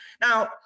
Now